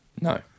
No